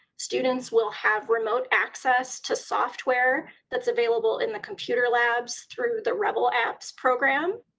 students will have remote access to software that's available in the computer labs through the rebel apps program.